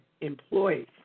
employees